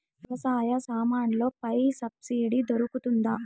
వ్యవసాయ సామాన్లలో పై సబ్సిడి దొరుకుతుందా?